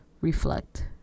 reflect